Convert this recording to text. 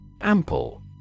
Ample